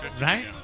right